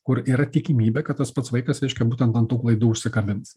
kur yra tikimybė kad tas pats vaikas reiškia būtent ant tų klaidų užsikabins